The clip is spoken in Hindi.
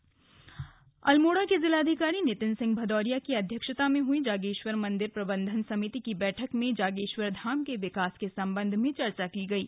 जागेश्वर बैठक अल्मोड़ा के जिलाधिकारी नितिन सिंह भदौरिया की अध्यक्षता में हुई जागेश्वर मन्दिर प्रबन्धन समिति की बैठक में जागेश्वर धाम के विकास के संबंध में चर्चा की गयी